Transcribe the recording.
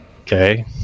okay